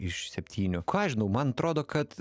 iš septynių ką žinau man atrodo kad